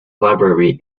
library